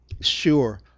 Sure